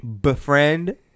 Befriend